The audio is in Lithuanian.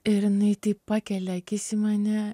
ir jinai taip pakelia akis į mane